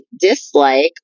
dislike